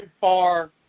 far